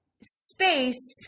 space